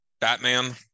Batman